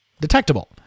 detectable